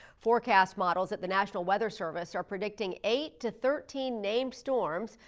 forecast models at the national weather service are predicting eight to thirteen named storms,